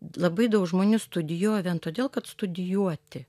labai daug žmonių studijuoja vien todėl kad studijuoti